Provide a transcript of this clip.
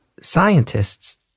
scientists